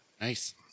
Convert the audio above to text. Nice